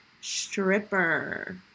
Stripper